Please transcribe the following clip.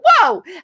Whoa